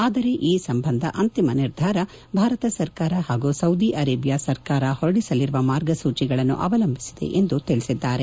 ಆದರೆ ಈ ಸಂಬಂಧ ಅಂತಿಮ ನಿರ್ಧಾರ ಭಾರತ ಸರ್ಕಾರ ಹಾಗೂ ಸೌದಿ ಅರೇಬಿಯಾ ಸರ್ಕಾರ ಹೊರಡಿಸಲಿರುವ ಮಾರ್ಗಸೂಚಿಗಳನ್ನು ಅವಲಂಬಿಸಿದೆ ಎಂದು ತಿಳಿಸಿದ್ಲಾರೆ